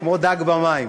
כמו דג במים,